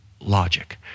logic